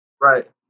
Right